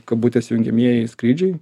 kabutėse jungiamieji skrydžiai